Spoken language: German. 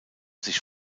sich